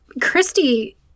christy